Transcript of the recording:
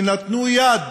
שנתנו יד